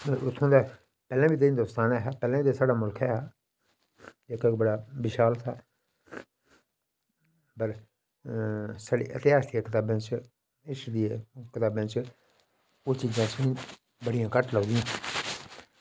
ते इत्थुूं दा पैह्लें बी हिंदोस्तान ऐहा साढ़ा मुल्ख ऐहा एह् इक्क बड़ा विशाल हा साढ़े इतहास दियें कताबें च किश बी ऐ कताबें च एह् चीज़ां एह् चीज़ां असेंगी बड़ी घट्ट लभदियां